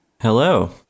Hello